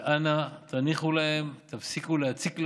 ואנא, תניחו להם, תפסיקו להציק להם.